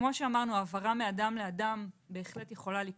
כמו שאמרנו, העברה מאדם לאדם יכולה לקרות.